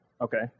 Okay